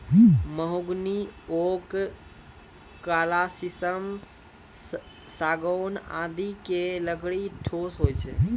mahogany, oak, काला शीशम, सागौन आदि के लकड़ी ठोस होय छै